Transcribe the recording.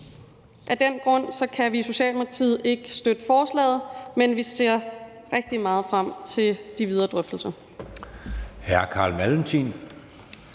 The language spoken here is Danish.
Af den grund kan vi i Socialdemokratiet ikke støtte forslaget, men vi ser rigtig meget frem til de videre drøftelser.